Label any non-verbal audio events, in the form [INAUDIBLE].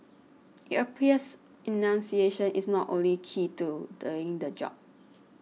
[NOISE] it appears enunciation is not only key to doing the job